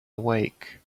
awake